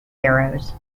arrows